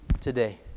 today